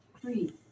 Three